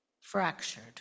fractured